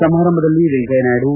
ಸಮಾರಂಭದಲ್ಲಿ ವೆಂಕಯ್ನ ನಾಯ್ನು